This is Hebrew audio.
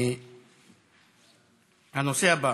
הנושא הבא: